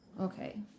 Okay